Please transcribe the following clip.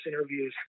interviews